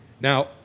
Now